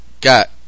got